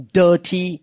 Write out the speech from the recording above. dirty